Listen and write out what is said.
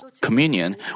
Communion